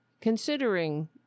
considering